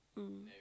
mm